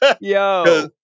yo